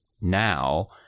now